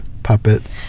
puppet